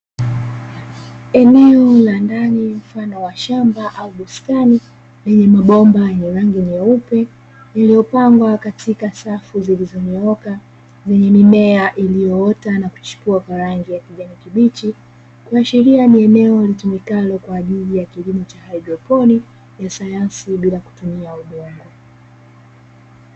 Eneo la ndani mfano wa shamba au bustani, lenye mabomba ya rangi nyeupe yaliyopangwa katika safu zilizonyooka zenye mimea, iliyoota na kuchipua kwa rangi ya kijani kibichi, kuashiria ni eneo litumikalo kwa ajili ya kilimo cha cha haidroponi ya sayansi bila kutumia udongo.